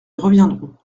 reviendrons